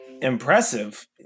impressive